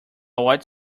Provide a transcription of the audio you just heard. white